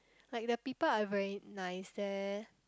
like the people are very nice there